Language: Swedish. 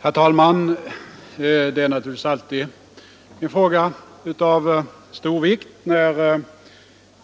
Herr talman! Det är naturligtvis alltid en fråga av stor vikt när